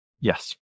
Yes